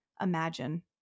imagine